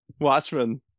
Watchmen